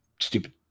stupid